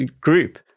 group